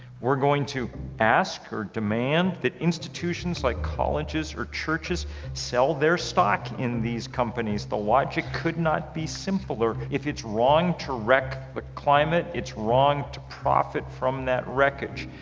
we're going to ask or demand that institutions like colleges or churches sell their stock in these companies. the logic could not be simpler if it's wrong to wreck the but climate, it's wrong to profit from that wreckage.